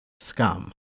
scum